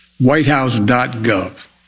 whitehouse.gov